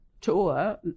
tour